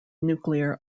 nuclear